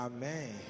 Amen